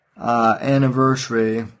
anniversary